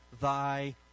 thy